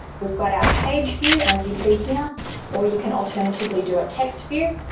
we've got our page view as you see here or you can alternatively do a text view.